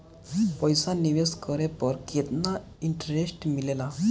पईसा निवेश करे पर केतना इंटरेस्ट मिलेला?